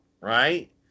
right